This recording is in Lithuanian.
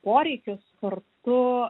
poreikius kur tu